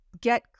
get